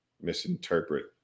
misinterpret